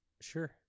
Sure